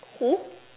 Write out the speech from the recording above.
who